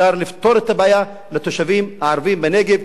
אפשר לפתור את הבעיה לתושבים הערבים בנגב,